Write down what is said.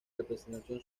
representación